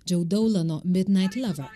džeu daulano midnight lover